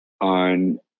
on